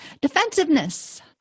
Defensiveness